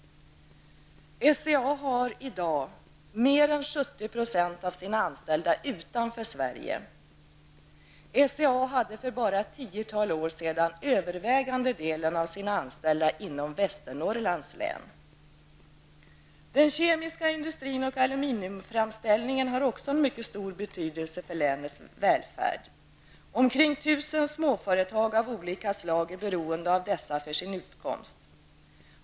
SCA har i dag mer än 70 % av sina anställda utanför Sverige. SCA hade för bara ett tiotal år sedan den övervägande delen av sina anställda inom Västernorrlands län. Den kemiska industrin och aluminiumframställningen har också en mycket stor betydelse för länets välfärd. Omkring 1 000 småföretag av olika slag är beroende av dessa för sin utkomst.